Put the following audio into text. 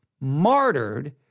martyred